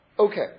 Okay